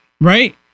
Right